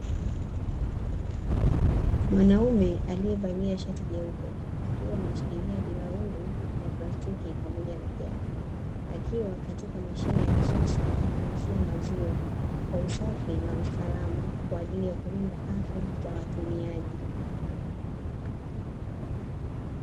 Mwanaume aliyevalia shati jeupe, akiwa ameshikilia bilauri ya plastiki pamoja na jagi. Akiwa katika mashine ya kisasa ya kuuzia maziwa, kwa usafi na usalama, kwa ajili ya kulinda afya za watumiaji.